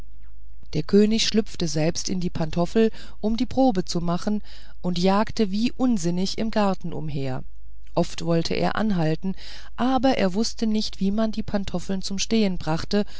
der könig schlüpfte selbst in die pantoffel um die probe zu machen und jagte wie unsinnig im garten umher oft wollte er anhalten aber er wußte nicht wie man die pantoffel zum stehen brachte